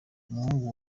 umuhungu